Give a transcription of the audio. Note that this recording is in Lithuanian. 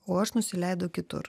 o aš nusileidau kitur